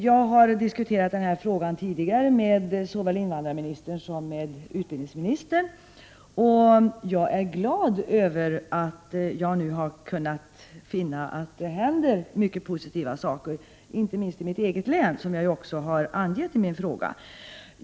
Jag har diskuterat denna fråga tidigare med såväl invandrarministern som utbildningsministern, och jag är glad över att jag nu har kunnat finna att det händer mycket positiva saker — inte minst i mitt eget län, som jag angett i min fråga.